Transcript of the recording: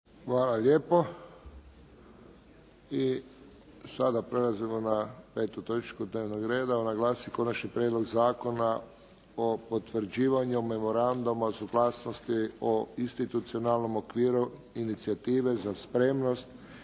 Josip (HSS)** I sada prelazimo na 5. točku dnevnog reda. - Konačni prijedlog Zakona o potvrđivanju Memoranduma o suglasnoti o institucionalnom okviru inicijative za spremnost